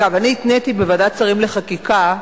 אגב, אני התניתי בוועדת השרים לחקיקה,